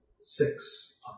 Six